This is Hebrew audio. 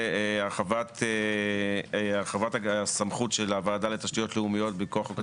הרחבת הסמכות של הוועדה לתשתיות לאומיות מכוח חוק